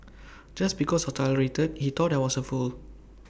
just because I tolerated he thought I was A fool